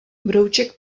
brouček